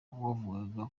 wavugaga